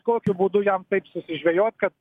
kokiu būdu jam taip susižvejoti kad